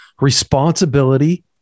responsibility